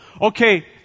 Okay